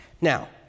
Now